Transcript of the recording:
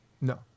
No